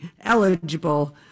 eligible